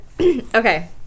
Okay